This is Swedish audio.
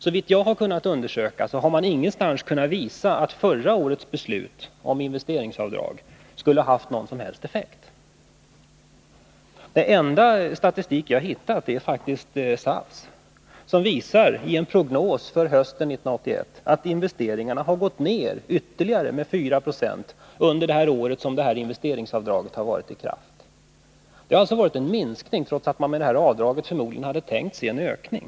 Såvitt jag har kunnat finna har man ingenstans kunnat visa att förra årets beslut om investeringsavdrag skulle ha haft någon som helst effekt. Den enda statistik jag har hittat är faktiskt SAF:s. I en prognos för hösten 1981 visas att investeringarna har gått ned med ytterligare 4 26 under det år som detta investeringsavdrag funnits. Det har alltså skett en minskning av investeringarna, trots att man förmodligen tänkt sig att man med avdraget skulle få till stånd en ökning.